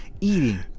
eating